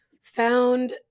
found